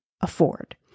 afford